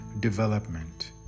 development